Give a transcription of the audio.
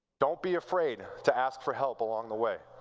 don't be afraid to ask for help along the way.